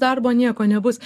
darbo nieko nebus